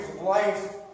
life